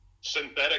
synthetic